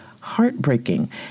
heartbreaking